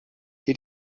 hier